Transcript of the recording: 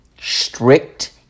strict